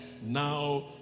Now